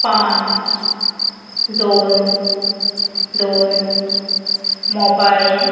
पांच दोन दोन मोबायल